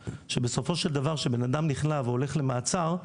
בסופו של דבר כשבן אדם נכלא הולך למעצר,